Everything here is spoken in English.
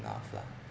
enough lah